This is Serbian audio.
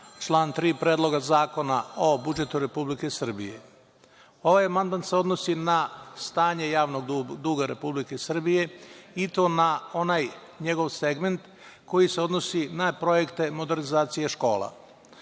član 3. Predloga zakona o budžetu Republike Srbije. Ovaj amandman se odnosi na stanje javnog duga Republike Srbije i to na onaj njegov segment koji se odnosi na projekte modernizacije škola.